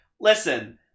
Listen